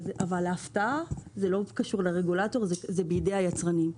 אבל זה לא קשור לרגולטור אלא זה בידי היצרנים,